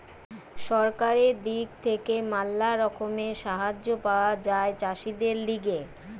সরকারের দিক থেকে ম্যালা রকমের সাহায্য পাওয়া যায় চাষীদের লিগে